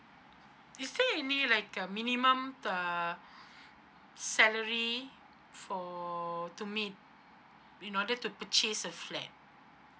is there any like a minimum uh salary for to meat in order to purchase a flat